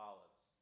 Olives